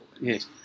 Yes